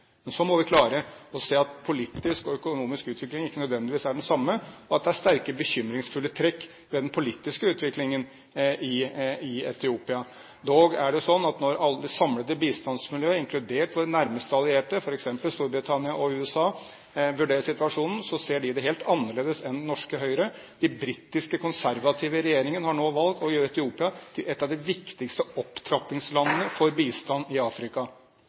så må vi klare å se at politisk og økonomisk utvikling ikke nødvendigvis er det samme, og at det er sterke bekymringsfulle trekk ved den politiske utviklingen i Etiopia. Dog er det sånn at når det samlede bistandsmiljøet, inkludert våre nærmeste allierte, f.eks. Storbritannia og USA, vurderer situasjonen, ser de det helt annerledes enn det norske Høyre. Den britiske konservative regjeringen har nå valgt å gjøre Etiopia til et av de viktigste opptrappingslandene for bistand i Afrika